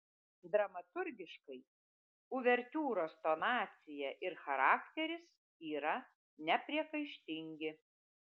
dramaturgiškai uvertiūros tonacija ir charakteris yra nepriekaištingi